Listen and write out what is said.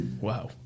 Wow